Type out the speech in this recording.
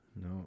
No